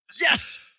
Yes